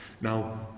Now